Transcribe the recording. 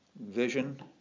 vision